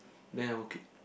then I will quit